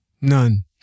None